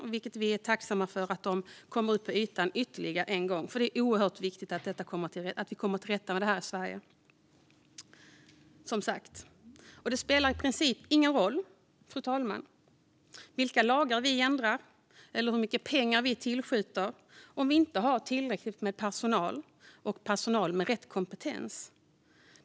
Vi är tacksamma för att de kommer upp till ytan ännu en gång, för det är oerhört viktigt att vi kommer till rätta med det här i Sverige. Fru talman! Det spelar i princip ingen roll vilka lagar vi ändrar eller hur mycket pengar vi tillskjuter om vi inte har tillräckligt med personal och personal med rätt kompetens.